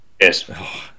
yes